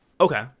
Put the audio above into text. Okay